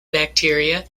bacteria